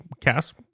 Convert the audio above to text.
cast